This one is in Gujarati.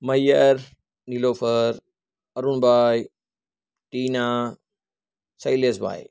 મૈયર નિલોફર અરુણભાઈ ટીના શૈલેશભાઈ